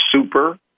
super